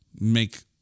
make